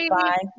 Bye